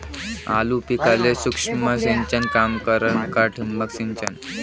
आलू पिकाले सूक्ष्म सिंचन काम करन का ठिबक सिंचन?